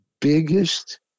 biggest